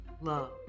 love